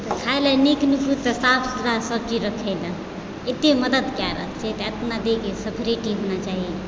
खाइ लै नीक नीक साफ सुथरा सब चीज रखय छै एते मदद कए रहल छै कितना दी की सब फैसिलिटीज मिलय चाही